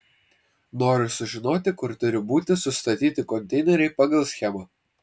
noriu sužinoti kur turi būtų sustatyti konteineriai pagal schemą